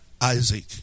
Isaac